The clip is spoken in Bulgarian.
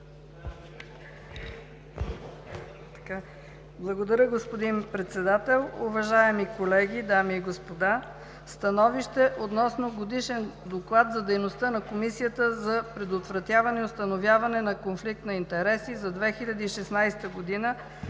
Благодаря, господин Председател. Уважаеми колеги, дами и господа! „СТАНОВИЩЕ Относно Годишен доклад за дейността на Комисията за предотвратяване и установяване на конфликт на интереси за 2016 г.,